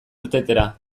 irtetera